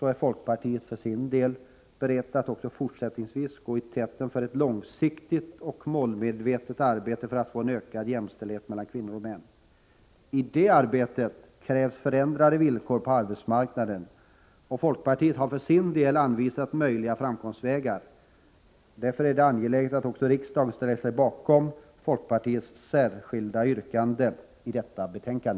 är folkpartiet för sin del berett att också fortsättningsvis gå i täten för ett långsiktigt och målmedvetet arbete för att få en ökad jämställdhet mellan kvinnor och män. I det arbetet krävs förändrade villkor på arbetsmarknaden, och folkpartiet har där anvisat möjliga fram komstvägar. Därför är det angeläget att också riksdagen ställer sig bakom Nr 151 folkpartiets särskilda yrkande i detta betänkande.